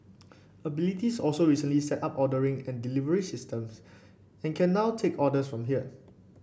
abilities also recently set up ordering and delivery systems and can now take orders from here